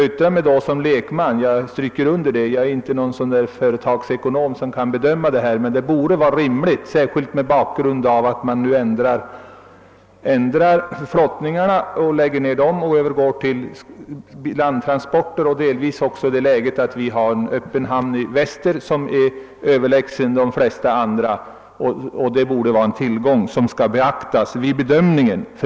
Det borde vara rimligt att ha det på detta sätt, särskilt mot bakgrund av att man nu lägger ned flottningen och övergår till landtransporter. Delvis hänger det också samman med att det finns en öppen hamn i väster som är överlägsen de flesta andra; det torde vara en tillgång som skall beaktas vid bedömningen.